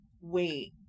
wait